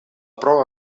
prova